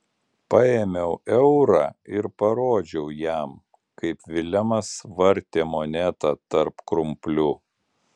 paėmiau eurą ir parodžiau jam kaip vilemas vartė monetą tarp krumplių